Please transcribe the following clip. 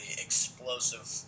explosive